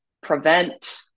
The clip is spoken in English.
prevent